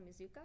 Mizuka